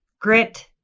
grit